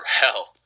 hell